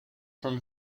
from